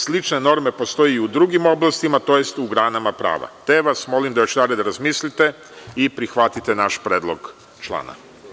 Slične norme postoje i u drugim oblastima, tj. u granama prava, te vas molim da još jedanput razmislite i prihvatite naš predlog člana.